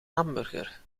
hamburger